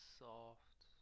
soft